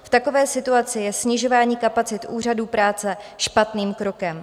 V takové situaci je snižování kapacit úřadů práce špatným krokem.